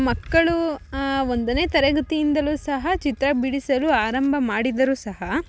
ಮಕ್ಕಳು ಒಂದನೆ ತರಗತಿಯಿಂದಲು ಸಹ ಚಿತ್ರ ಬಿಡಿಸಲು ಆರಂಭ ಮಾಡಿದರು ಸಹ